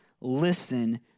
listen